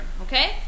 Okay